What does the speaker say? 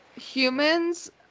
humans